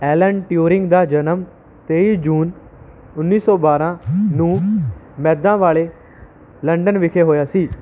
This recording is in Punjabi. ਐਲਨ ਟਿਊਰਿੰਗ ਦਾ ਜਨਮ ਤੇਈ ਜੂਨ ਉੱਨੀ ਸੌ ਬਾਰਾਂ ਨੂੰ ਮੈਦਾ ਵਾਲੇ ਲੰਡਨ ਵਿਖੇ ਹੋਇਆ ਸੀ